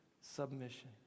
submission